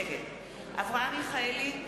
נגד אברהם מיכאלי,